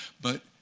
but